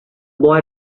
boy